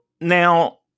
now